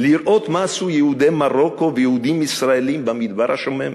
לראות מה עשו יהודי מרוקו ויהודים ישראלים במדבר השומם.